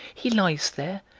he lies there,